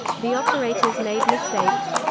the operators made mistakes.